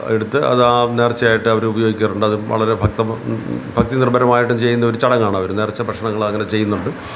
എടുത്ത് അതാണ് നേർച്ച ആയിട്ട് അവർ ഉപയോഗിക്കാറുണ്ട് അത് വളരെ ഭക്തവ ഭക്തിനിർഭരമായിട്ട് ചെയ്യുന്നൊരു ചടങ്ങാണ് അവർ നേർച്ച ഭക്ഷണങ്ങൾ അങ്ങനെ ചെയ്യുന്നുണ്ട്